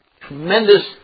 tremendous